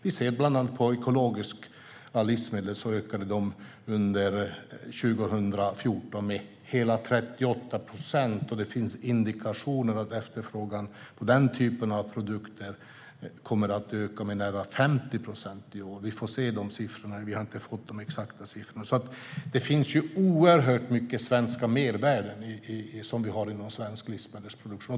Vi ser bland annat att ekologiska livsmedel under 2014 ökade med hela 38 procent, och det finns indikationer på att efterfrågan på den typen av produkter kommer att öka med närmare 50 procent i år - vi får se när vi får de exakta siffrorna. Det finns oerhört mycket svenska mervärden inom svensk livsmedelsproduktion.